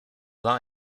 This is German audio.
war